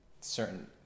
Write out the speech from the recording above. certain